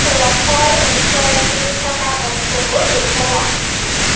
ৰসৰ উচ্চ ৰেটিং থকা বস্তুবোৰ দেখুওৱা